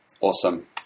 Awesome